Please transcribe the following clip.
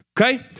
Okay